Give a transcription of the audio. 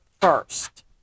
first